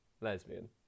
lesbian